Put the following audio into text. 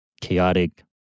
chaotic